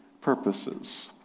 purposes